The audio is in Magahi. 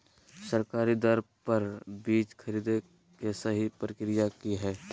सरकारी दर पर बीज खरीदें के सही प्रक्रिया की हय?